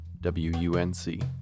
WUNC